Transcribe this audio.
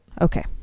Okay